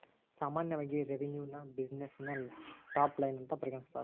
ಸಾಮಾನ್ಯವಾಗಿ ರೆವೆನ್ಯುನ ಬ್ಯುಸಿನೆಸ್ಸಿನ ಟಾಪ್ ಲೈನ್ ಅಂತ ಪರಿಗಣಿಸ್ತಾರ?